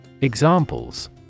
Examples